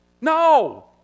No